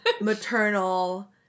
maternal